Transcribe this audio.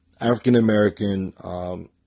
African-American